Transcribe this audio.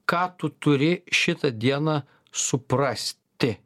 ką tu turi šitą dieną suprasti